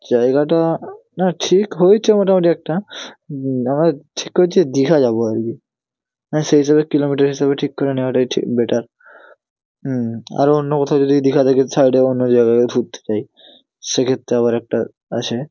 জায়গাটা না ঠিক হয়েচে মোটামোটি একটা আমরা ঠিক করেছি দিঘা যাব আর কি হ্যাঁ সেই হিসাবে কিলোমিটার হিসাবে ঠিক করে নেওয়াটাই ঠি বেটার আরও অন্য কোথাও যদি দিঘা থেকে সাইডে অন্য জায়গায়ও ঘুরতে যাই সেক্ষেত্রে আবার একটা আছে